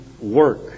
work